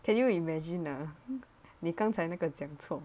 can you imagine lah 你刚才那个讲错